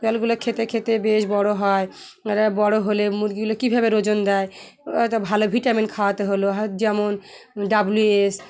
জলগুলো খেতে খেতে বেশ বড়ো হয় আর বড়ো হলে মুরগিগুলো কীভাবে ওজন দেয় হয়তো ভালো ভিটামিন খাওয়াতে হলো যেমন ডাব্লিউ এস